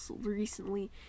recently